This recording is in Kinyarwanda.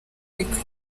ariko